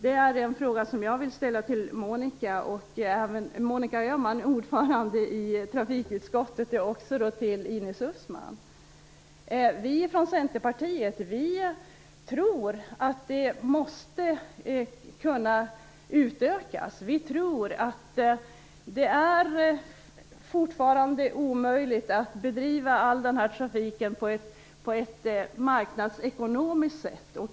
Det är en fråga som jag vill ställa till ordföranden i trafikutskottet Monica Öhman, och även till Ines Uusmann. Vi i Centerpartiet tror att det måste utökas. Vi tror fortfarande att det är omöjligt att bedriva all den här trafiken på ett marknadsekonomiskt sätt.